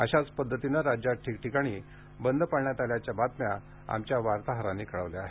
अशाच पद्धतीने राज्यात ठिकठिकाणी बंद पाळण्यात आल्याच्या बातम्या आमच्या वार्ताहरांनी कळवल्या आहेत